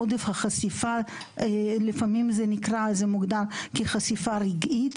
עודף החשיפה לפעמים זה מוגדר כחשיפה רגעית,